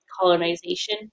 colonization